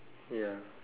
ya